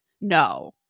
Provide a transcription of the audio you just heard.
no